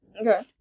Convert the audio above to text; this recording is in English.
Okay